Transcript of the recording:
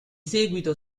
seguito